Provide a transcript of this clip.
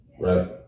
Right